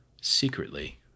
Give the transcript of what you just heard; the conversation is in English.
secretly